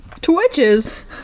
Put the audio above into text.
Twitches